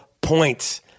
points